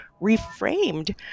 reframed